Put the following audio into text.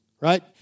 right